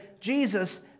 Jesus